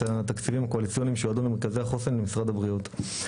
התקציבים הקואליציוניים שיועדו למרכזי החוסן ממשרד הבריאות.